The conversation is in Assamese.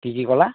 কি কি ক'লা